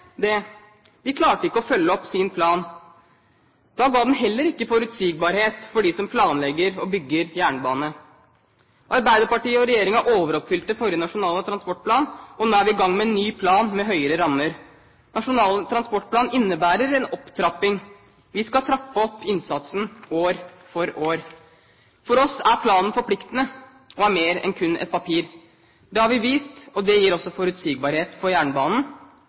det. De klarte ikke å følge opp sin plan. Da ga den heller ikke forutsigbarhet for dem som planlegger og bygger jernbane. Arbeiderpartiet og regjeringen overoppfylte forrige nasjonale transportplan, og nå er vi i gang med en ny plan med høyere rammer. Nasjonal transportplan innebærer en opptrapping. Vi skal trappe opp innsatsen år for år. For oss er planen forpliktende og er mer enn kun et papir. Det har vi vist, og det gir også forutsigbarhet for jernbanen.